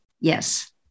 yes